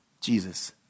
Jesus